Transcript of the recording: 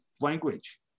language